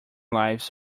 lives